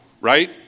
right